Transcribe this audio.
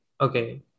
Okay